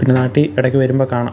പിന്നെ നാട്ടിൽ ഇടക്ക് വരുമ്പോൾ കാണാം